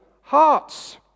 hearts